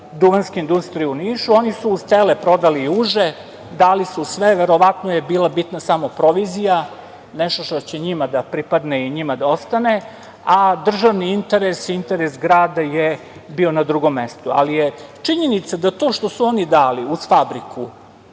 Duvanske industrije u Nišu, oni su uz tele prodali i uže, dali su sve. Verovatno je bila bitna samo provizija, nešto što će njima da pripadne i njima da ostane, a državni interes i interes grada je bio na drugom mestu, ali je činjenica da to što su oni dali uz fabriku